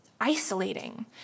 isolating